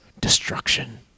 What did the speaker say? destruction